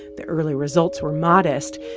the early results were modest,